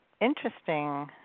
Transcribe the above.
interesting